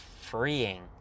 freeing